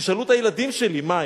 תשאלו את הילדים שלי מה הם.